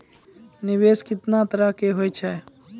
निवेश केतना तरह के होय छै?